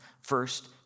first